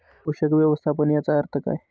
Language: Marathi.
पोषक व्यवस्थापन याचा अर्थ काय?